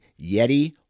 Yeti